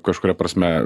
kažkuria prasme